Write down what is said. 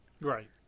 Right